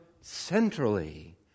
centrally